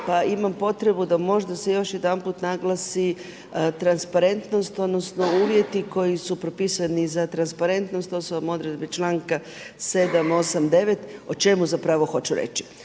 pa imam potrebu da možda se još jedanput naglasi transparentnost odnosno uvjeti koji su propisani za transparentnost, to su vam odredbe članka 7., 8., 9. O čemu zapravo hoću reći?